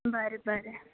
बरें बरें